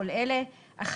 כאמור בפסקאות (1), (2), (4), (5)